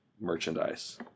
merchandise